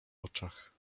oczach